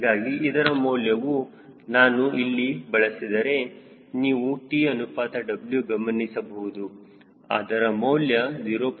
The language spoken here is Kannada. ಹೀಗಾಗಿ ಇದರ ಮೌಲ್ಯವನ್ನು ನಾನು ಇಲ್ಲಿ ಬಳಸಿದರೆ ನೀವು T ಅನುಪಾತ W ಗಮನಿಸಿ ಗಮನಿಸಬಹುದು ಅದರ ಮೌಲ್ಯ 0